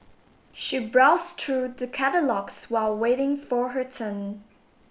she browsed through the catalogues while waiting for her turn